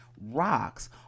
rocks